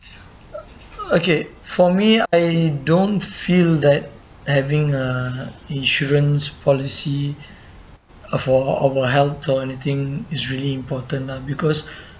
okay for me I don't feel that having a insurance policy uh for our health or anything is really important lah because